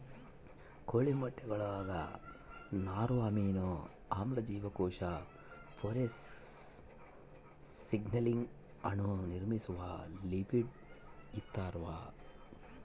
ಕೋಳಿ ಮೊಟ್ಟೆಗುಳಾಗ ನಾರು ಅಮೈನೋ ಆಮ್ಲ ಜೀವಕೋಶ ಪೊರೆ ಸಿಗ್ನಲಿಂಗ್ ಅಣು ನಿರ್ಮಿಸುವ ಲಿಪಿಡ್ ಇರ್ತಾವ